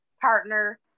partner